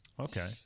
Okay